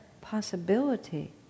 possibility